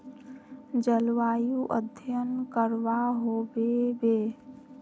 जलवायु अध्यन करवा होबे बे?